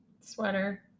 Sweater